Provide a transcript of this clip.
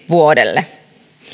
vuodelle